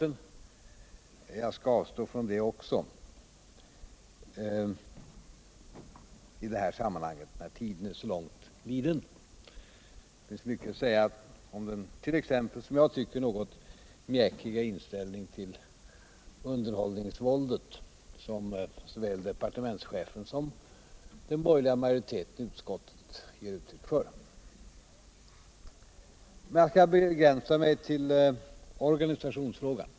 Men jag skall avstå från det också i det här sammanhanget, när tiden är så långt liden. Det finns mycket att säga exempelvis om den. som jag tycker, något mjäkiga inställning ull underhållningsväldet som såväl departementschefen som den borgerliga majoriteten I utskouet ger uttryck för. Men jag skall begränsa mig till organisationsfrågan.